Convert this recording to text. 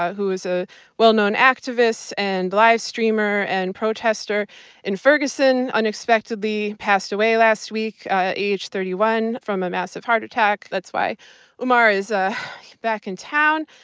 who was a well-known activist and live-streamer and protester in ferguson unexpectedly passed away last week at age thirty one from a massive heart attack. that's why umar is ah back in town.